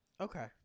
Okay